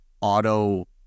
auto